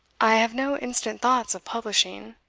i have no instant thoughts of publishing.